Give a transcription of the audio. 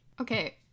Okay